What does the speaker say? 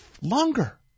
longer